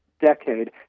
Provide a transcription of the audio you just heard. decade